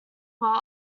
while